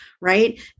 right